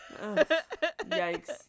Yikes